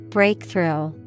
Breakthrough